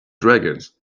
dragons